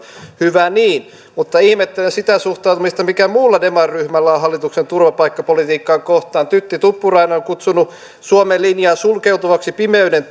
hyvä niin mutta ihmettelen sitä suhtautumista mikä muulla demariryhmällä on hallituksen turvapaikkapolitiikkaa kohtaan tytti tuppurainen on kutsunut suomen linjaa sulkeutuvaksi pimeyden